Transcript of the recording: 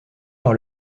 par